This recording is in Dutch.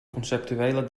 conceptuele